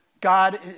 God